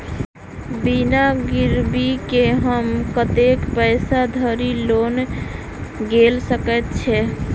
बिना गिरबी केँ हम कतेक पैसा धरि लोन गेल सकैत छी?